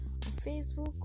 Facebook